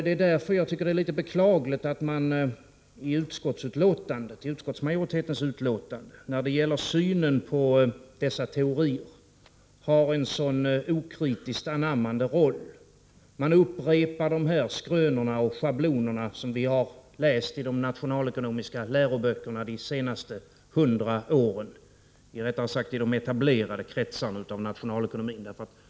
Det är därför jag tycker att det är litet beklagligt att man i utskottsmajoritetens skrivning när det gäller synen på dessa teorier är så okritiskt anammande. Man upprepar de skrönor och schabloner som vi har läst i de nationalekonomiska läroböckerna de senaste 100 åren. Det gäller de etablerade kretsarna av nationalekonomin.